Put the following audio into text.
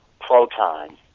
Proton